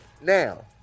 Now